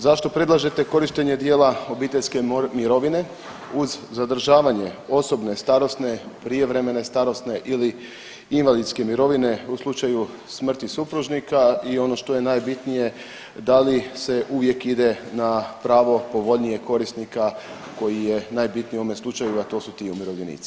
Zašto predlažete korištenje dijela obiteljske mirovine uz zadržavanje osobne, starosne, prijevremene starosne ili invalidske mirovine u slučaju smrti supružnika i ono što je najbitnije da li se uvijek ide na pravo povoljnijeg korisnika koji je najbitnije u ovome slučaju, a to su ti umirovljenici?